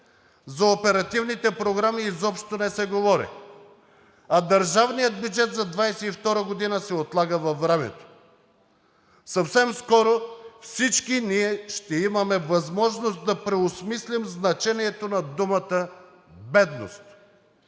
За оперативните програми изобщо не се говори, а държавният бюджет за 2022 г. се отлага във времето. Съвсем скоро всички ние ще имаме възможност да преосмислим значението на думата бедност.